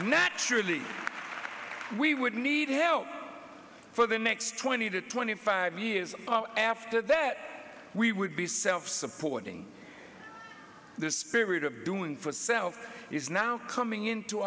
naturally we would need help for the next twenty to twenty five years after that we would be self supporting the spirit of doing for self is now coming in to